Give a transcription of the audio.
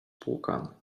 spłukany